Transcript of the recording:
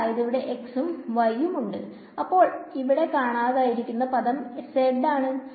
അതായത് ഇവിടെ x ഉം y ഉം ഉണ്ട് അപ്പോൾ ഇവിടെ കാണാതായിരിക്കുന്ന പദം z ആണ്